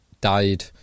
died